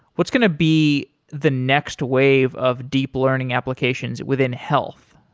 what's going to be the next wave of deep learning applications within health?